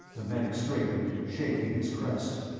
the medic straightened, shaking his crest.